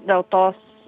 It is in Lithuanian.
dėl tos